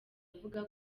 avuga